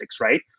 right